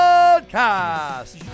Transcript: Podcast